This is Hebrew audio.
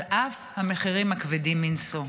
על אף המחירים הכבדים מנשוא.